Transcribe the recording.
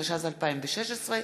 התשע"ז 2016,